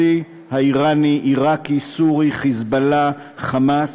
הרוסי-איראני-עיראקי-סורי-"חיזבאללה"-"חמאס",